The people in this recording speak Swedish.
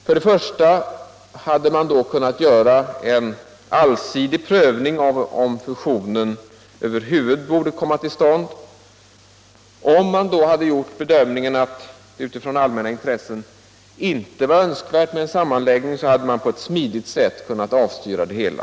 För det första hade man då kunnat göra en allsidig prövning av om fusionen över huvud taget borde komma till stånd. Om man då gjort bedömningen att det utifrån allmänna intressen inte varit önskvärt med en sammanläggning, hade man på ett smidigt sätt kunna avstyra det hela.